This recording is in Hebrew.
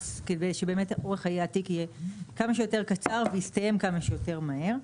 מאמץ כדי שאורך חיי תיק יהיה כמה שיותר קצר ויסתיים כמה שיותר מהר.